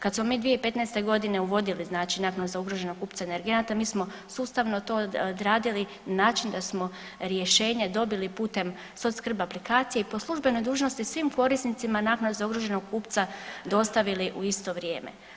Kad smo mi 2015.g. uvodili naknade za ugrožene kupce energenata mi smo sustavno to odradili na način da smo rješenje dobili putem SocSkrb aplikacije i po službenoj dužnosti svim korisnicima naknade za ugroženog kupca dostavili u isto vrijeme.